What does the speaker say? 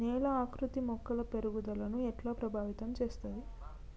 నేల ఆకృతి మొక్కల పెరుగుదలను ఎట్లా ప్రభావితం చేస్తది?